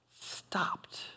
stopped